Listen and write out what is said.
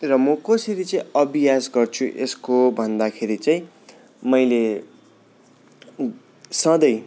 र म कसरी चाहिँ अभ्यास गर्छु यसको भन्दाखेरि चाहिँ मैले सधैँ